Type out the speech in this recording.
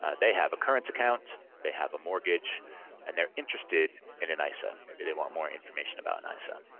ah they have a current account, they have a mortgage and they're interested in an isa. maybe they want more information about an isa.